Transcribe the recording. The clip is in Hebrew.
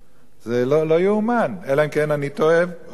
זה לא יאומן, אלא אם כן אני טועה, או שהם טועים.